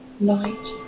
light